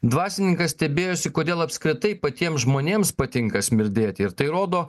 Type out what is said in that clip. dvasininkas stebėjosi kodėl apskritai patiems žmonėms patinka smirdėti ir tai rodo